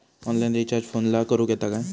Online recharge फोनला करूक येता काय?